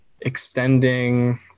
extending